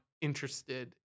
interested